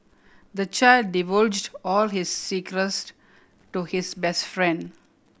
the child divulged all his secrets to his best friend